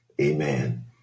Amen